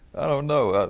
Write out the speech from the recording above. i don't know.